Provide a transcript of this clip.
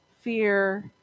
fear